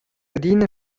adina